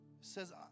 says